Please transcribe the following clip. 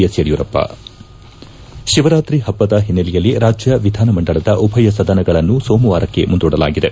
S Yediyurappa Shivaratri ಪ್ಟುದ ಹಿನ್ನೆಲೆಯಲ್ಲಿ ರಾಜ್ಯ ವಿಧಾನಮಂಡಲದ ಉಭಯ ಸದನಗಳನ್ನು ಸೋಮವಾರಕ್ಕೆ ಮುಂದೂಡಲಾಗಿದೆ